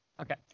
Okay